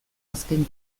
azken